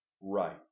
right